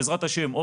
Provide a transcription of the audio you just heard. בעזרת השם,